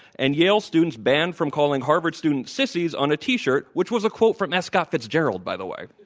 and yale students banned from calling harvard students sissies on a t shirt, which was a quote from f. scott fitzgerald by the way.